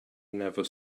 never